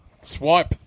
Swipe